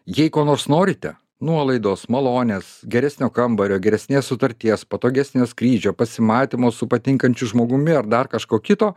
jei ko nors norite nuolaidos malonės geresnio kambario geresnės sutarties patogesnio skrydžio pasimatymo su patinkančiu žmogumi ar dar kažko kito